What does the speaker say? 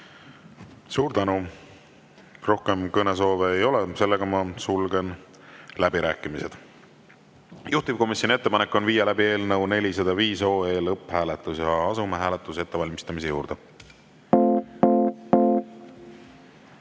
Suur tänu! Rohkem kõnesoove ei ole, sulgen läbirääkimised. Juhtivkomisjoni ettepanek on viia läbi eelnõu 405 lõpphääletus. Asume hääletuse ettevalmistamise juurde.